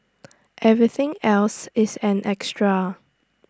everything else is an extra